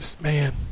Man